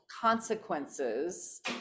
consequences